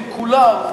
הם כולם,